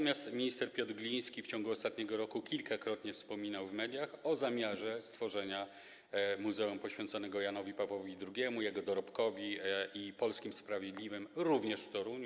Minister Piotr Gliński w ciągu ostatniego roku kilkakrotnie wspominał w mediach o zamiarze stworzenia muzeum poświęconego Janowi Pawłowi II, jego dorobkowi i polskim sprawiedliwym, również w Toruniu.